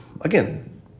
again